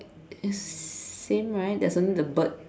is same right there's only the bird